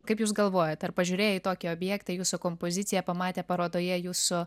kaip jūs galvojat ar pažiūrėję į tokį objektą jūsų kompoziciją pamatę parodoje jūsų